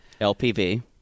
LPV